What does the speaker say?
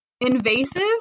Invasive